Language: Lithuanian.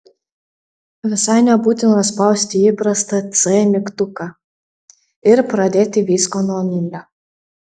visai nebūtina spausti įprastą c mygtuką ir pradėti viską nuo nulio